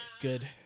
Good